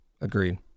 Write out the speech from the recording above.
Agreed